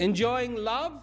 enjoying lo